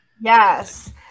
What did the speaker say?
Yes